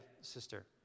sister